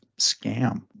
scam